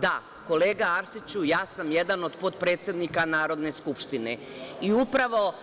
Da, kolega Arsiću, ja sam jedan od potpredsednika Narodne skupštine i upravo